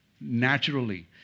naturally